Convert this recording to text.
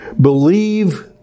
believe